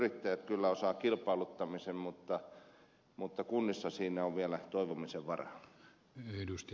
yrittäjät kyllä osaavat kilpailuttamisen mutta kunnissa siinä on vielä toivomisen varaa